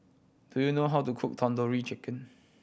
do you know how to cook Tandoori Chicken